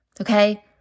okay